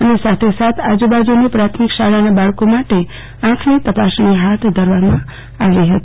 અને સાથો સાથ આજુબાજુની પ્રાથમિક શાળાના બાળકો માટે આંખની તપાસણી હાથ ધરવામાં આવી હતી